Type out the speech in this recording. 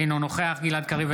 אינו נוכח גלעד קריב,